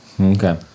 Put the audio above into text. Okay